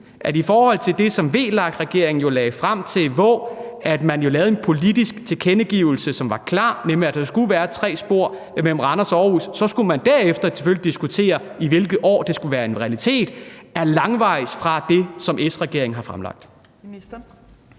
er langt fra det, som VLAK-regeringen lagde frem, hvor man jo kom med en politisk tilkendegivelse, som var klar, nemlig at der skulle være tre spor mellem Randers og Aarhus, og at man så derefter selvfølgelig skulle diskutere, i hvilket år det skulle være en realitet? Kl. 15:01 Fjerde næstformand